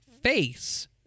face